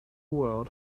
world